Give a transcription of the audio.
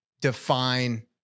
define